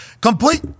Complete